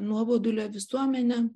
nuobodulio visuomenė